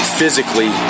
physically